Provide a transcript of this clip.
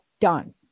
done